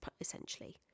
essentially